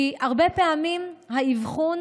כי הרבה פעמים האבחון